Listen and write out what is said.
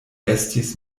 estis